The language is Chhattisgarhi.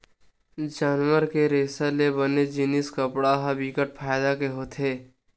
जानवर के रेसा ले बने जिनिस कपड़ा ह बिकट फायदा के होथे